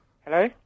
Hello